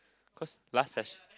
cause last sess~